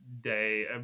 Day